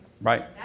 Right